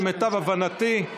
למיטב הבנתי,